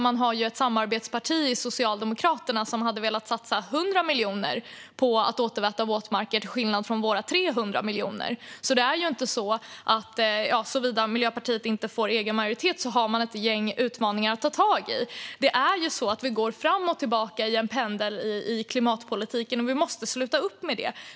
Man har ju ett samarbetsparti i Socialdemokraterna som hade velat satsa 100 miljoner, till skillnad från våra 300 miljoner, på att återväta våtmarker. Såvida inte Miljöpartiet får egen majoritet har man alltså ett gäng utmaningar att ta tag i. Det är ju så att klimatpolitiken pendlar fram och tillbaka, och det måste vi sluta upp med.